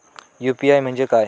UPI म्हणजे काय?